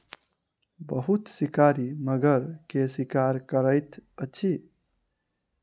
बहुत शिकारी मगर के शिकार करैत अछि